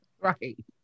right